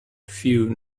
few